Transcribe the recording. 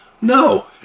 no